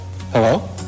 Hello